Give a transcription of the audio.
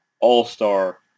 all-star